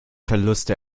verluste